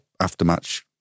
aftermatch